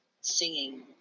singing